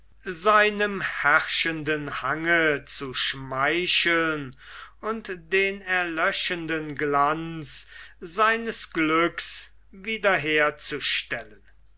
seinem herrschenden hange zu schmeicheln und den erlöschenden glanz seines glücks